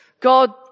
God